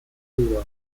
jura